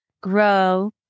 grow